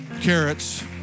carrots